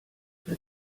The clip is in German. der